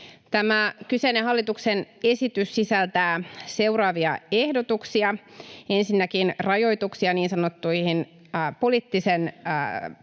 Tämä kyseinen hallituksen esitys sisältää seuraavia ehdotuksia: Ensinnäkin siinä on rajoituksia niin sanotun poliittisen